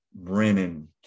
Brennan